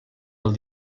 del